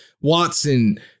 Watson